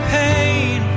pain